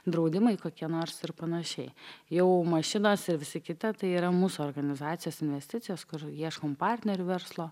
draudimai kokie nors ir panašiai jau mašinas ir visa kita tai yra mūsų organizacijos investicijos kur ieškom partnerių verslo